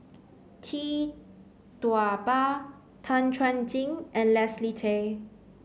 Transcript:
Tee Tua Ba Tan Chuan Jin and Leslie Tay